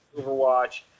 overwatch